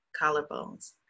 collarbones